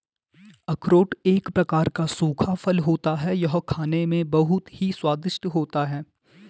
अखरोट एक प्रकार का सूखा फल होता है यह खाने में बहुत ही स्वादिष्ट होता है